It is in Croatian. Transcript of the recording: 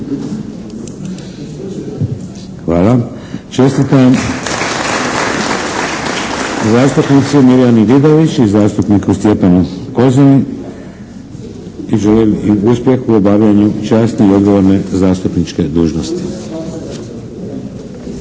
Hvala. Čestitam zastupnici Mirjani Vidović i zastupniku Stjepanu Kozini i želim im uspjeh u obavljanju časne i odgovorne zastupničke dužnosti.